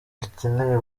dukeneye